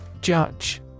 Judge